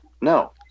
No